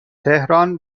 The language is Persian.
تهران